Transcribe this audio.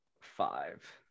five